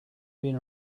been